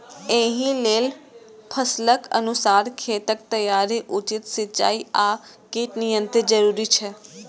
एहि लेल फसलक अनुसार खेतक तैयारी, उचित सिंचाई आ कीट नियंत्रण जरूरी छै